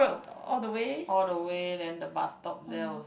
all the way then the bus stop there also